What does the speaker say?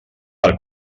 per